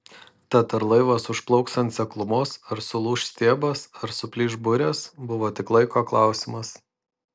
tad ar laivas užplauks ant seklumos ar sulūš stiebas ar suplyš burės buvo tik laiko klausimas